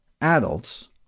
adults